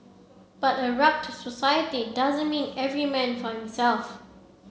but a rugged society doesn't mean every man for himself